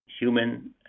human